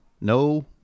No